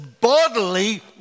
bodily